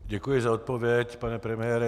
Děkuji za odpověď, pane premiére.